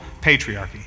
patriarchy